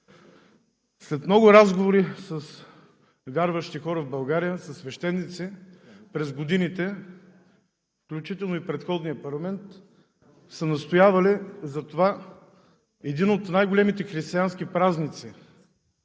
След много разговори с вярващи хора в България, със свещеници – през годините, включително и в предходния парламент, са настоявали за това един от най-големите християнски празници